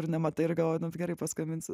ir nematai ir galvoju nu ir gerai paskambinsiu